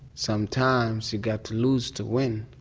sometimes you've got to lose to win,